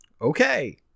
Okay